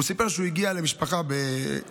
סיפר שהוא הגיע למשפחה באופקים,